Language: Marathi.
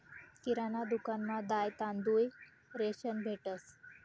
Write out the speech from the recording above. किराणा दुकानमा दाय, तांदूय, रेशन भेटंस